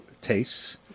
tastes